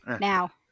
now